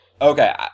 Okay